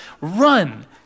run